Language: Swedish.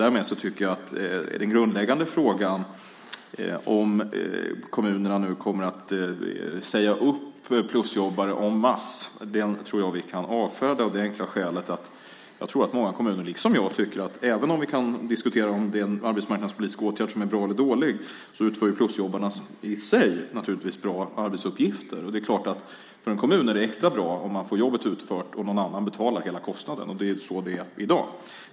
Därmed tycker jag att vi kan avfärda den grundläggande frågan om kommunerna nu kommer att säga upp plusjobbare en masse, av det enkla skälet att många kommuner liksom jag tycker att även om vi kan diskutera om denna arbetsmarknadspolitiska åtgärd är bra eller dålig så utför plusjobbarna i sig bra arbetsuppgifter. Det är klart att det är extra bra för en kommun om man får jobbet utfört och någon annan står för hela kostnaden. Det är så det är i dag.